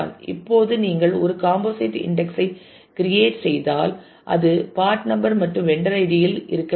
இப்போது நீங்கள் ஒரு காம்போசிட் இன்டெக்ஸ் ஐ கிரியேட் செய்தால் அது பார்ட் நம்பர் மற்றும் வெண்டர் ஐடி இல் இருக்க வேண்டும்